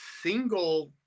single